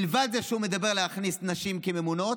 מלבד זה שהוא מדבר על להכניס נשים כממונות,